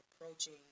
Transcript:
approaching